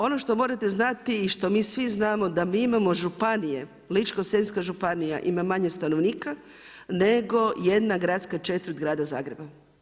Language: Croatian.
Ono što morate znati i što mi svi znamo, da mi imamo županije Ličko-senjska županija ima manje stanovnika nego jedna gradska četvrt grada Zagreba.